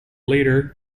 later